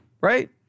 right